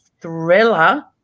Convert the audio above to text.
thriller